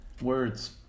Words